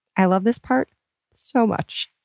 i love this part so much.